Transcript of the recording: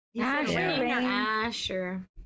Asher